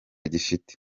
gifite